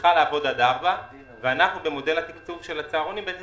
צריכה לעבוד עד 4:00 ואנחנו במודל התקצוב של הצהרונים בעצם